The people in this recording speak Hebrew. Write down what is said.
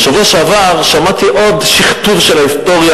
בשבוע שעבר שמעתי עוד שכתוב של ההיסטוריה